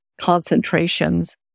concentrations